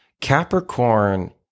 capricorn